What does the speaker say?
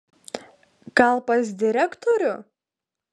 gal pas direktorių